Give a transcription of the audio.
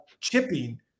chipping